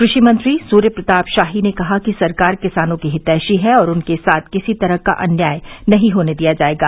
कृषि मंत्री सूर्य प्रताप शाही ने कहा कि सरकार किसानों की हितैषी है और उनके साथ किसी तरह का अन्याय नहीं होने दिया जायेगा